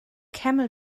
camel